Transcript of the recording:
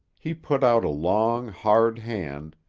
he put out a long, hard hand,